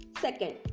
Second